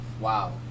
Wow